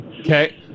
Okay